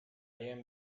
gent